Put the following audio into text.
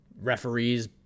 referees